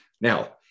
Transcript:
Now